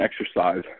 exercise